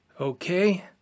Okay